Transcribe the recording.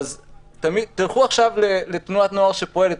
תלכו עכשיו לתנועת נוער שפועלת.